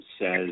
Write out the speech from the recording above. says